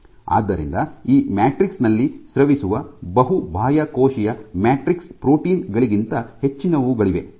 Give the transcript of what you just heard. ಆದ್ದರಿಂದ ಈ ಮ್ಯಾಟ್ರಿಕ್ಸ್ ನಲ್ಲಿ ಸ್ರವಿಸುವ ಬಹು ಬಾಹ್ಯ ಕೋಶೀಯ ಮ್ಯಾಟ್ರಿಕ್ಸ್ ಪ್ರೋಟೀನ್ ಗಳಿಗಿಂತ ಹೆಚ್ಚಿನವುಗಳಿವೆ